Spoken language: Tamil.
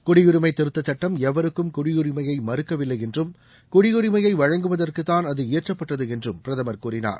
குடியுரிமை திருத்தச் சுட்டம எவருக்கும் குடியுரிமையை மறுக்கவில்லை என்றும் குடியுரிமையை வழங்குவதற்கு தான் அது இயற்றப்பட்டது என்றும் பிரதமர் கூறினார்